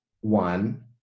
one